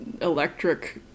electric